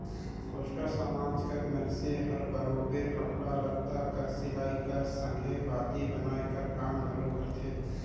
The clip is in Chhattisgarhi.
कोस्टा समाज कर मइनसे मन बरोबेर कपड़ा लत्ता कर सिलई कर संघे बाती बनाए कर काम ल घलो करथे